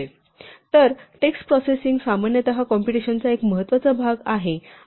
तर text processing सामान्यतः कॉम्पुटेशनचा एक महत्त्वाचा भाग आहे